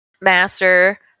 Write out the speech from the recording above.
master